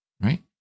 right